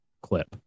clip